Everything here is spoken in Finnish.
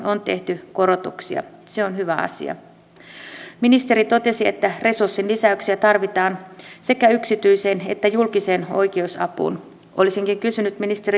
on hyvä että tehostetusta tullivalvonnasta aiheutuneet kustannukset sisältyvät talousarvioesitykseen ja valiokunta pitää tärkeänä että kulut korvataan edelleen jatkossakin